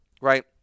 Right